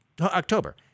October